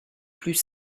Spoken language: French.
plus